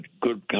good